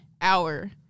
hour